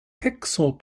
pixel